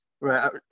right